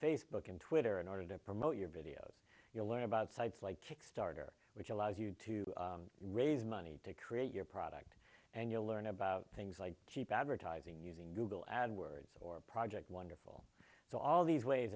facebook and twitter in order to promote your videos your learn about sites like kickstarter which allows you to raise money to create your product and you'll learn about things like cheap advertising using google ad words or project wonderful so all these ways